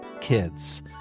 kids